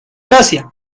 gracia